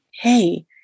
hey